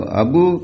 abu